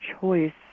choice